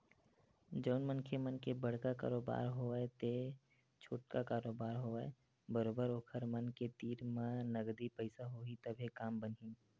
जउन मनखे मन के बड़का कारोबार होवय ते छोटका कारोबार होवय बरोबर ओखर मन के तीर म नगदी पइसा होही तभे काम बनही